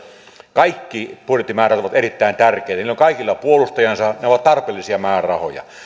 kaikki budjettimäärärahat ovat erittäin tärkeitä niillä on kaikilla puolustajansa ne ovat tarpeellisia määrärahoja